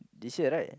this year right